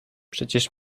przecież